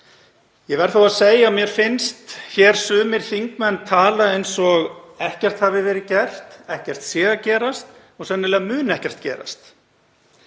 Ég verð þó að segja að mér finnst sumir þingmenn tala eins og ekkert hafi verið gert, ekkert sé að gerast og sennilega muni ekkert gerast.